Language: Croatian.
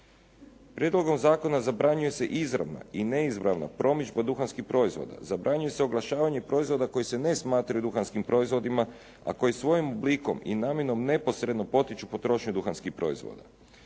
Prijedlogom zakona zabranjuje se izravna i neizravna promidžba duhanskih proizvoda, zabranjuje se oglašavanje proizvoda koji se ne smatraju duhanskim proizvodima, a koji svojim oblikom i namjenom neposredno potiču potrošnju duhanskih proizvoda.